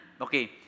Okay